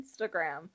Instagram